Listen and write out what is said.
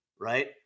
right